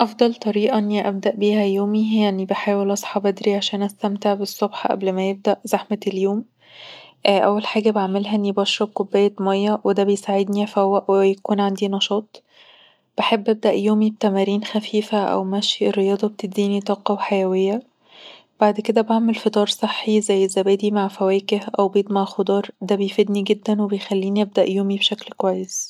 أفضل طريقه بحاول ابدأ بيها يومي هي اني بحاول اصحي بدري عشان أستمتع بالصبح قبل ما يبدأ زحمة اليوم، أول حاجة بعملها اني بشرب كوباية ميه وده بيساعدني أفوق ويكون عندي نشاط بحب أبدأ يومي بتمارين خفيفة أو مشي، الرياضة بتعطيني طاقة وحيوية بعد كده، بعمل فطار صحي، زي زبادي مع فواكه أو بيض مع خضار. ده بيفيدني جدًا وبيخليني أبدأ يومي بشكل كويس